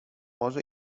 może